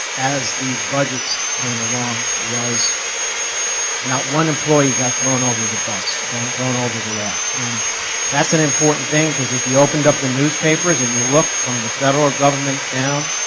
as these budgets came along, was not one employee got thrown over the bus thrown thrown over the raft, and that's an important thing because if you opened up the newspapers and you looked from the federal government down,